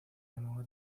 llamaba